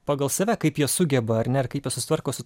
pagal save kaip jie sugeba ar ne ir kaip jie susitvarko su